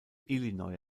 illinois